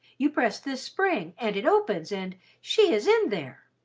you press this spring and it opens, and she is in there!